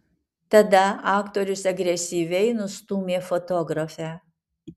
tada aktorius agresyviai nustūmė fotografę